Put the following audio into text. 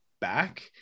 back